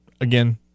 Again